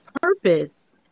purpose